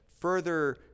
further